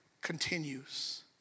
continues